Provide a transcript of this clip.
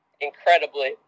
incredibly